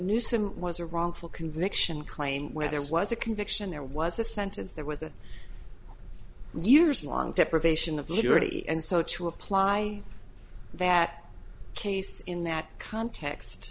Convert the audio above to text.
newson was a wrongful conviction claim where there was a conviction there was a sentence there was a years long deprivation of liberty and so to apply that case in that context